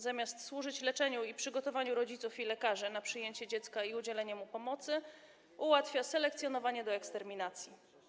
Zamiast służyć leczeniu i przygotowaniu rodziców i lekarzy na przyjęcie dziecka i udzielenie mu pomocy, ułatwia selekcjonowanie do eksterminacji.